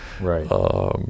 Right